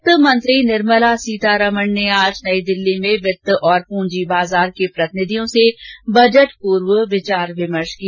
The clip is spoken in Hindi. वित्तमंत्री निर्मला सीतारमण ने आज नई दिल्ली में वित्त और पूंजी बाजार के प्रतिनिधियों से बजट पूर्व परामर्श किया